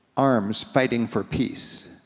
arms fighting for peace.